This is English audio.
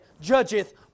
judgeth